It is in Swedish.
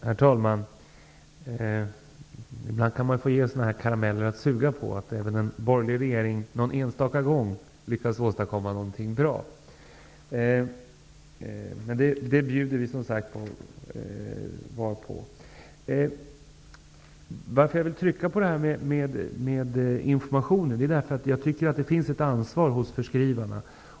Herr talman! Ibland kan man ge en karamell att suga på, och säga att även en borgerlig regering någon enstaka gång lyckas åstadkomma något bra. Det bjuder jag på. Jag vill trycka på detta med information därför att jag tycker att det finns ett ansvar hos förskrivarna.